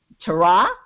tara